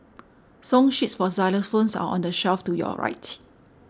song sheets for xylophones are on the shelf to your